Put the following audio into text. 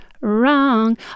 wrong